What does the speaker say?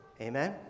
Amen